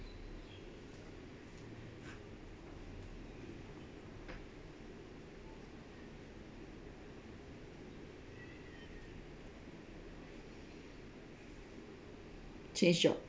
change job